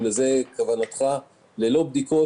שללא בדיקות,